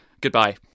goodbye